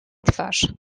twarz